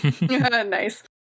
Nice